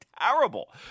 terrible